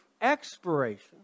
expiration